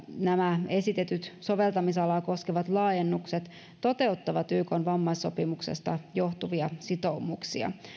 nämä esitetyt soveltamisalaa koskevat laajennukset toteuttavat ykn vammaissopimuksesta johtuvia sitoumuksia